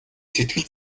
сэтгэл